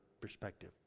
perspective